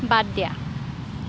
বাদ দিয়া